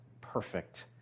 perfect